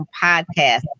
podcast